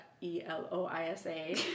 E-L-O-I-S-A